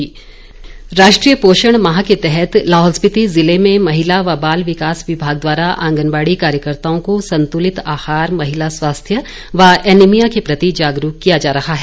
पोषण जागरूकता राष्ट्रीय पोषण माह के तहत लाहौल स्पीति ज़िले में महिला व बाल विकास विभाग द्वारा आगंनबाड़ी कार्यकताओं को संतुलित आहार महिला स्वास्थ्य व एनिमिया के प्रति जागरूक किया जा रहा है